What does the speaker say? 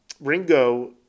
Ringo